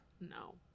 No